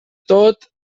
tot